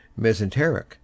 mesenteric